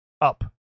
up